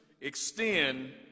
extend